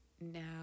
now